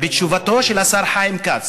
בתשובתו של השר חיים כץ,